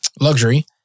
luxury